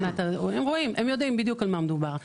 הם רואים, הם יודעים בדיוק על מה מדובר.